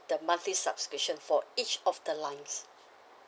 the monthly subscription for each of the lines